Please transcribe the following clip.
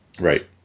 Right